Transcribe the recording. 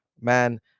Man